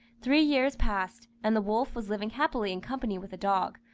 three years passed, and the wolf was living happily in company with a dog,